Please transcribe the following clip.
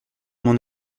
mon